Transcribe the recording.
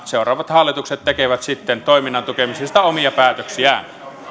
seuraavat hallitukset tekevät sitten toiminnan tukemisesta omia päätöksiään